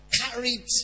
carried